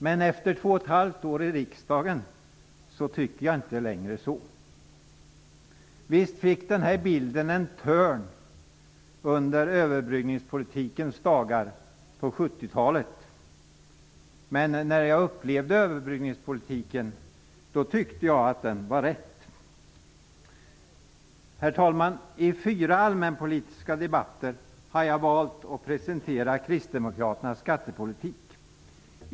Men efter två och ett halvt år i riksdagen tycker jag inte längre så. Visst fick bilden en törn under överbryggningspolitikens dagar på 1970-talet. Men när jag upplevde överbryggningspolitiken tyckte jag att den var rätt. Herr talman! I fyra allmänpolitiska debatter har jag valt att presentera kristdemokraternas skattepolitik.